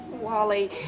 Wally